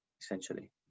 Essentially